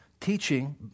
teaching